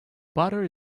butter